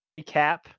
recap